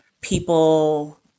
people